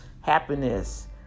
happiness